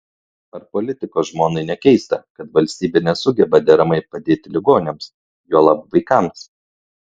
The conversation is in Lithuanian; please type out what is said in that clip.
ar politiko žmonai nekeista kad valstybė nesugeba deramai padėti ligoniams juolab vaikams